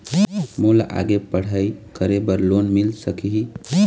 मोला आगे पढ़ई करे बर लोन मिल सकही?